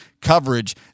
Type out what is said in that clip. coverage